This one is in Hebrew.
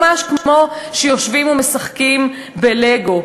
ממש כמו שיושבים ומשחקים בלגו,